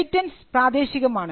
patents പ്രാദേശികമാണ്